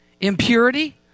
impurity